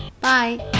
Bye